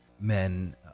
men